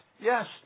Yes